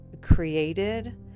created